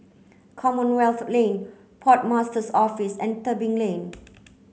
Commonwealth Lane Port Master's Office and Tebing Lane